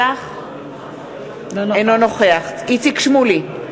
אינו נוכח איציק שמולי,